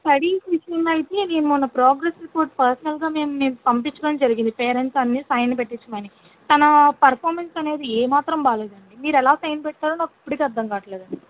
studies విషయంలో అయితే మేము మొన్న ప్రోగ్రెస్ రిపోర్ట్ పర్సనల్గా మేము మీకు పంపించడం జరిగింది పేరెంట్స్ అన్నీ సైన్ పెట్టించమని తన పెర్ఫార్మన్స్ అనేది ఏ మాత్రం బాగాలేదండి మీరెలా సైన్ పెట్టారో నాకు ఇప్పుడికీ అర్ధం కావడంలేదండి